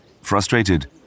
Frustrated